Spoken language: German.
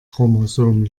chromosom